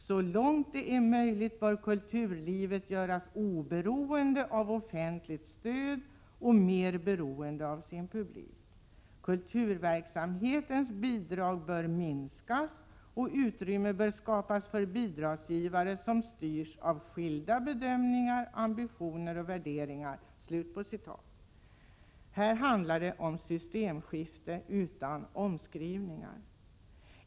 Så långt det är möjligt bör kulturlivet göras oberoende av offentligt stöd och mer beroende av sin publik. Kulturverksamhetens bidrag bör minskas och utrymme bör skapas för bidragsgivare som styrs av skilda bedömningar, ambitioner och värderingar.” Här handlar det om systemskifte — utan omskrivningar.